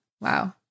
Wow